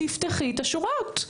תפתחי את השורות.